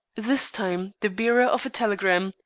this time the bearer of a telegram,